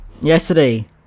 Yesterday